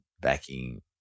backing